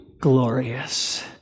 glorious